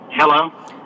Hello